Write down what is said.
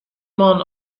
man